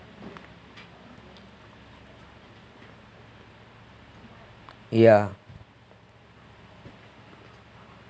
ya